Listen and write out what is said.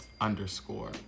underscore